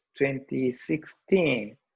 2016